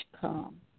come